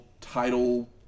title